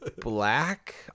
black